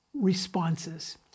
responses